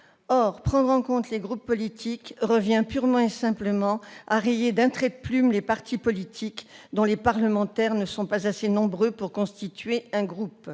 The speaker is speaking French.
Prendre en compte ces derniers revient purement et simplement à rayer d'un trait de plume les partis dont les parlementaires ne sont pas assez nombreux pour constituer un groupe.